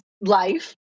life